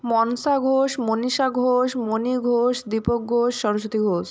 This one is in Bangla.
মনসা ঘোষ মনীষা ঘোষ মণি ঘোষ দীপক ঘোষ সরস্বতী ঘোষ